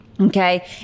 okay